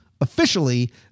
officially